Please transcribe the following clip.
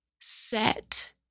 set